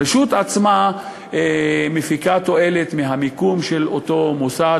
הרשות עצמה מפיקה תועלת מהמיקום של אותו מוסד